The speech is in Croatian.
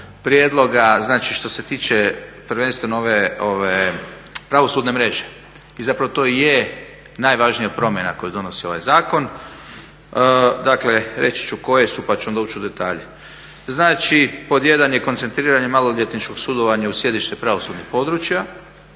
prijedloga, znači što se tiče prvenstveno ove pravosudne mreže. I zapravo to i je najvažnija promjena koju donosi ovaj zakon. Dakle, reći ću koje su, pa ću onda ući u detalje. Znači, pod jedan je koncentriranje maloljetničkog sudovanja u sjedište pravosudnih područja.